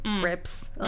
rips